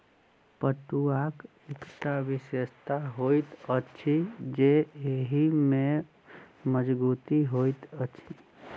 पटुआक एकटा विशेषता होइत अछि जे एहि मे मजगुती होइत अछि